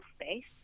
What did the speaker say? space